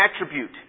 attribute